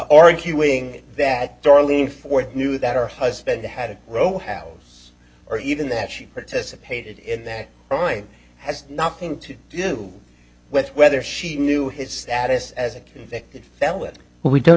arguing that darlene ford knew that her husband had a row house or even that she participated in that rowing has nothing to do with whether she knew his status as a convicted felon we don't